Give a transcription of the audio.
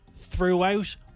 Throughout